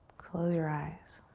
close your eyes.